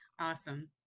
Awesome